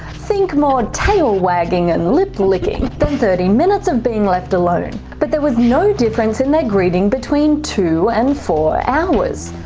think more tail wagging and lip licking, than thirty minutes of being left alone. but there was no difference in their greeting between two and four hours.